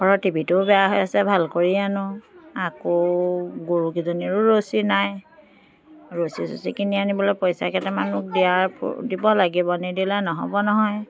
ঘৰৰ টি ভিটোও বেয়া হৈ আছে ভাল কৰি আনো আকৌ গৰুকেইজনীৰো ৰছী নাই ৰছী চছী কিনি আনিবলৈ পইচা কেইটামান মোক দিয়াৰ প দিব লাগিব নিদিলে নহ'ব নহয়